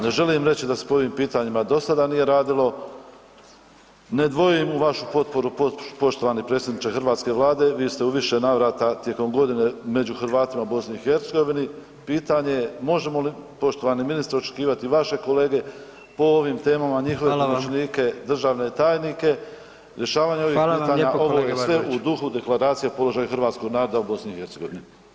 Ne želim reći da se po ovim pitanjima do sada nije radilo, ne dvojim u vašu potporu poštovani predsjedniče hrvatske Vlade, vi ste u više navrata tijekom godine među Hrvatima u BiH-u, pitanje je možemo li poštovani ministre, očekivati vaše kolege po ovim temama, njihove pomoćnike, [[Upadica predsjednik: Hvala vam.]] državne tajnike, rješavanje ovih pitanja, ovo je sve u duhu Deklaracije o položaju hrvatskog naroda u BiH-u.